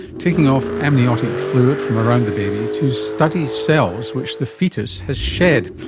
taking off amniotic fluid from around the baby to study cells which the foetus has shed.